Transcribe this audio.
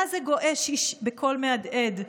מה זה?! גוער איש בקול מהדהד,